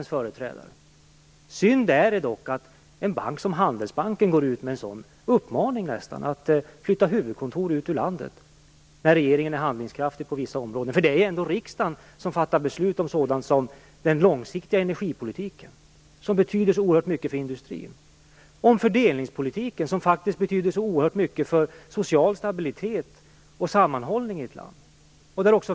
Synd är det dock att en bank som Handelsbanken går ut med vad som nästan är en uppmaning om att flytta huvudkontor ut ur landet, när regeringen är handlingskraftig på vissa områden. Det är ju ändå riksdagen som fattar beslut om sådant som den långsiktiga energipolitiken, som betyder så oerhört mycket för industrin, om fördelningspolitiken, som faktiskt betyder så oerhört mycket för social stabilitet och sammanhållning i ett land.